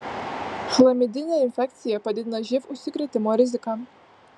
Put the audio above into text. chlamidinė infekcija padidina živ užsikrėtimo riziką